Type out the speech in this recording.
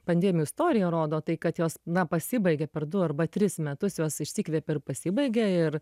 pandemijų istorija rodo tai kad jos na pasibaigia per du arba tris metus jos išsikvepia ir pasibaigia ir